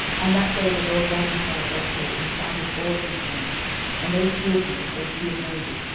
on that day the lord magnified joshua in the sight of all israel and they feared him, as they feared moses,